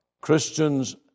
Christians